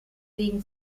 wegen